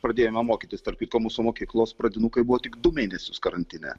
pradėjome mokytis tarp kitko mūsų mokyklos pradinukai buvo tik du mėnesius karantine